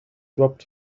dropped